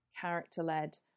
character-led